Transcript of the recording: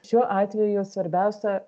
šiuo atveju svarbiausia